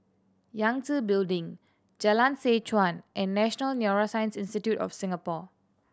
Yangtze Building Jalan Seh Chuan and National Neuroscience Institute of Singapore